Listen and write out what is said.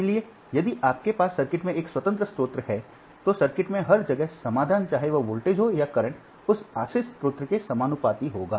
इसलिए यदि आपके पास सर्किट में एक स्वतंत्र स्रोत है तो सर्किट में हर जगह समाधान चाहे वह वोल्टेज हो या करंट उस आश्रित स्रोत के समानुपाती होगा